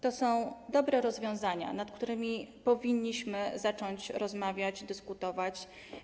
To są dobre rozwiązania, o których powinniśmy zacząć rozmawiać, dyskutować.